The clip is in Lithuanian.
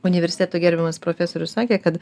universiteto gerbiamas profesorius sakė kad